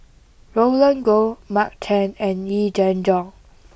Roland Goh Mark Chan and Yee Jenn Jong